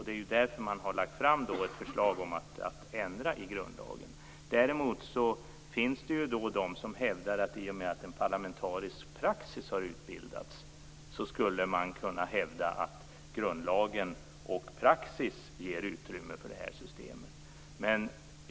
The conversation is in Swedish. Det är därför man har lagt fram ett förslag om att ändra i grundlagen. Däremot finns det de som menar att man, i och med att en parlamentarisk praxis utbildats, skulle kunna hävda att grundlagen och praxis ger utrymme för det här systemet.